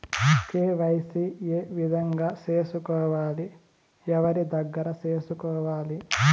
KYC ఏ విధంగా సేసుకోవాలి? ఎవరి దగ్గర సేసుకోవాలి?